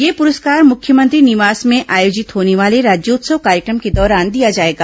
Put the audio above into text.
यह पुरस्कार मुख्यमंत्री निवास में आयोजित होने वाले राज्योत्सव कार्यक्रम के दौरान दिया जाएगा